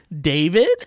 David